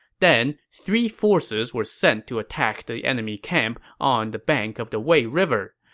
then, three forces were sent to attack the enemy camp on the bank of the wei river.